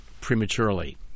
prematurely